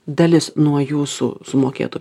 dalis nuo jūsų sumokėtų